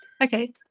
Okay